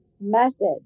message